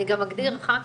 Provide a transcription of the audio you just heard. אני גם אגדיר אחר כך,